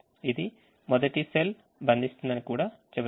ఇది మొదటి సెల్ బంధిస్తుందని కూడా చెబుతుంది